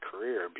career